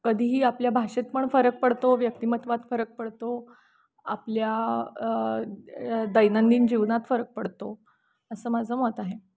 कधीही आपल्या भाषेत पण फरक पडतो व्यक्तिमत्वात फरक पडतो आपल्या दैनंदिन जीवनात फरक पडतो असं माझं मत आहे